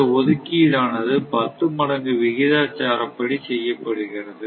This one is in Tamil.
இந்த ஒதுக்கீடு ஆனது 10 மடங்கு விகிதாச்சாரப்படி செய்யப்படுகிறது